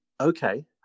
Okay